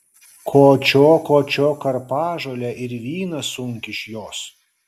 kočiok kočiok karpažolę ir vyną sunk iš jos